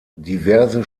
diverse